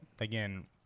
again